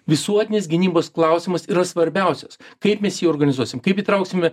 visuotinės gynybos klausimas yra svarbiausias kaip mes jį organizuosim kaip įtrauksime